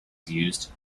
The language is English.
used